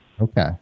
Okay